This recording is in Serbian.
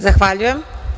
Zahvaljujem.